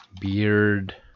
beard